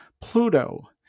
Pluto